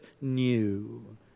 new